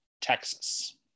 Texas